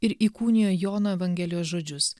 ir įkūnijo jono evangelijos žodžius